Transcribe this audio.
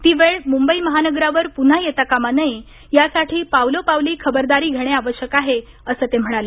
ती वेळ मुंबई महानगरावर पुन्हा येता कामा नये यासाठी पावलोपावली खबरदारी घेणे आवश्यक आहे असं ते म्हणाले